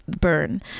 burn